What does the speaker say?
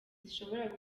zishobora